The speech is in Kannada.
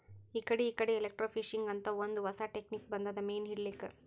ಇಕಡಿ ಇಕಡಿ ಎಲೆಕ್ರ್ಟೋಫಿಶಿಂಗ್ ಅಂತ್ ಒಂದ್ ಹೊಸಾ ಟೆಕ್ನಿಕ್ ಬಂದದ್ ಮೀನ್ ಹಿಡ್ಲಿಕ್ಕ್